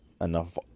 enough